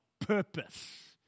purpose